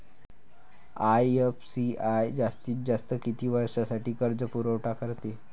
IFCI जास्तीत जास्त किती वर्षासाठी कर्जपुरवठा करते?